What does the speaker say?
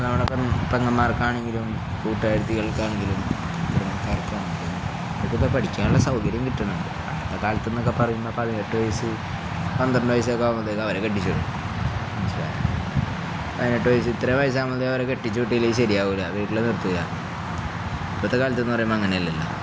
ണപ്പം തെങ്ങന്മാർക്കാണെങ്കിലും കൂട്ടാഴ്ത്തികൾക്കാണെങ്കിലും കുമക്കാർക്കാണെങ്കിലും അതക്കൊക്കെ പഠിക്കാനുള്ള സൗകര്യം കിട്ടുന്നുണ്ട് അത്തെ കാലത്ത്ന്നൊക്കെ പറയുന്ന പതിനെട്ട് വയസ്സ് പന്ത്രണ്ട് വയസ്സക്കെ ആകുമ്പതേക്കെ അവരെ കെട്ടിച്ചുും പതിനെട്ട് വയസ്സ് ഇത്രേ വയസ്സ ആകുമ്പതേ അവരെ കെട്ടിിച്ചു വിട്ടീല് ശരിയാവൂല വീട്ടില് നിർത്തല്ല ഇപ്പത്തെ കാലത്ത്ന്ന് പറയുമ്പോ അങ്ങനെയല്ലല്ല